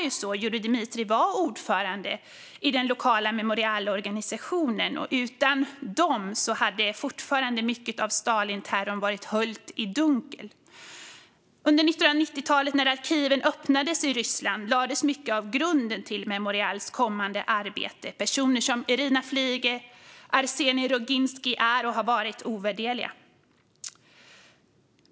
Jurij Dmitrijev var ordförande i den lokala Memorialorganisationen. Utan dem hade fortfarande mycket av Stalinterrorn varit höljt i dunkel. Under 1990-talet, när arkiven öppnades i Ryssland, lades mycket av grunden till Memorials kommande arbete. Personer som Irina Flige och Arsenij Roginskij är och har varit ovärderliga.